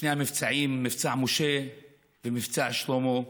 בשני המבצעים, מבצע משה ומבצע שלמה,